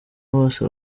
bose